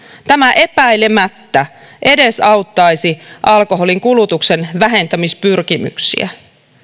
tämä epäilemättä edesauttaisi alkoholin kulutuksen vähentämispyrkimyksiä